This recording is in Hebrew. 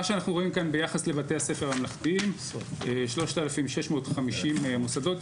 מה שאנחנו רואים כאן ביחס לבתי הספר הממלכתיים: 3,650 מוסדות,